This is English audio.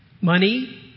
Money